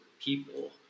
people